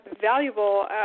valuable